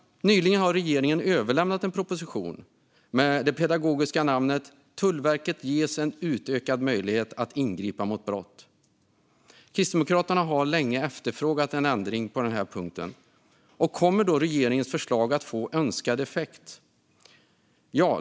Nyligen har regeringen överlämnat en proposition med det pedagogiska namnet Tullverket ges en utökad möjlighet att ingripa mot brott . Kristdemokraterna har länge efterfrågat en ändring på den här punkten. Kommer då regeringens förslag att få önskad effekt?